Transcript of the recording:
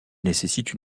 nécessite